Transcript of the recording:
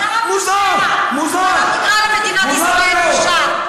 מוזר, מוזר, אל תקרא למדינת ישראל פושעת.